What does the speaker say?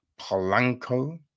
Polanco